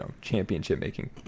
championship-making